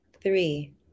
three